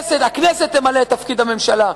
הכנסת תמלא את תפקיד הממשלה.